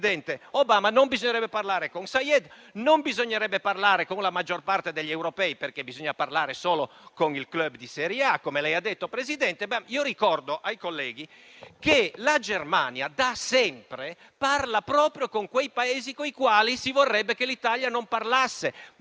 presidente Obama. Non bisognerebbe parlare con Saied. Non bisognerebbe parlare con la maggior parte dei governanti europei, perché bisogna parlare solo con il *club* di serie A, come lei ha detto, presidente Meloni. Io ricordo ai colleghi che la Germania, da sempre, parla proprio con quei Paesi coi quali si vorrebbe che l'Italia non parlasse,